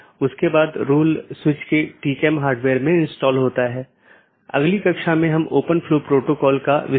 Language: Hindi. इसलिए जब कोई असामान्य स्थिति होती है तो इसके लिए सूचना की आवश्यकता होती है